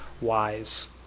wise